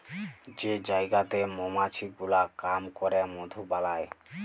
যে জায়গাতে মমাছি গুলা কাম ক্যরে মধু বালাই